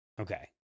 Okay